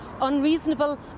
unreasonable